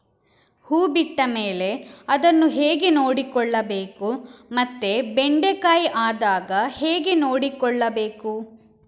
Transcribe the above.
ಹೂ ಬಿಟ್ಟ ಮೇಲೆ ಅದನ್ನು ಹೇಗೆ ನೋಡಿಕೊಳ್ಳಬೇಕು ಮತ್ತೆ ಬೆಂಡೆ ಕಾಯಿ ಆದಾಗ ಹೇಗೆ ನೋಡಿಕೊಳ್ಳಬೇಕು?